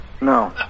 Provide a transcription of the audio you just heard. No